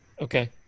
Okay